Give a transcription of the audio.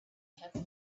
have